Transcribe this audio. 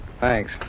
Thanks